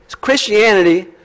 Christianity